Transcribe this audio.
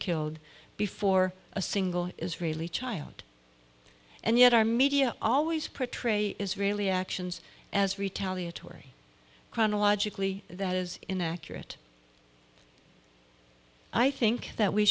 killed before a single israeli child and yet our media always portrayed israeli actions as retaliatory chronologically that is inaccurate i th